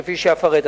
כפי שאפרט.